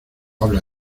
habla